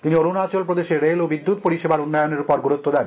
তিনি অরুনাচল প্রদেশে রেল ও বিদ্যুত পরিষেবার উন্নয়নের উপর গুরুত্ব দেন